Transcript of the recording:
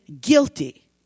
guilty